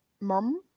Mom